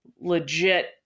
legit